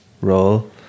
role